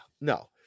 No